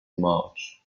march